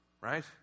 right